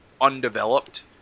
undeveloped